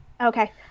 Okay